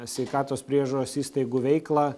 sveikatos priežiūros įstaigų veiklą